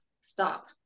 stop